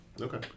Okay